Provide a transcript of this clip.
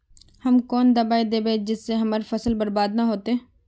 हम कौन दबाइ दैबे जिससे हमर फसल बर्बाद न होते?